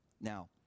Now